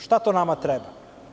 Šta to nama treba.